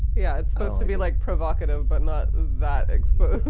yeah. it's supposed to be like provocative, but not that expert.